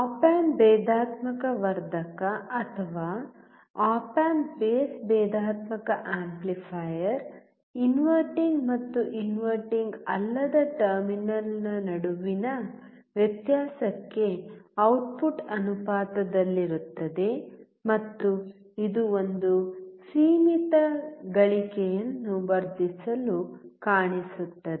app amp ಭೇದಾತ್ಮಕ ವರ್ಧಕ ಅಥವಾ ಆಪ್ ಆಂಪ್ ಬೇಸ್ ಭೇದಾತ್ಮಕ ಆಂಪ್ಲಿಫಯರ್ ಇನ್ವರ್ಟಿಂಗ್ ಮತ್ತು ಇನ್ವರ್ಟಿಂಗ್ ಅಲ್ಲದ ಟರ್ಮಿನಲ್ನಡುವಿನ ವ್ಯತ್ಯಾಸಕ್ಕೆ ಔಟ್ಪುಟ್ ಅನುಪಾತದಲ್ಲಿರುತ್ತದೆ ಮತ್ತು ಇದು ಒಂದು ಸೀಮಿತ ಗಳಿಕೆಯನ್ನು ವರ್ಧಿಸಲು ಕಾಣಿಸುತ್ತದೆ